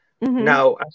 Now